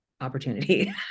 opportunity